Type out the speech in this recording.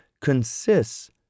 consists